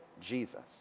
Jesus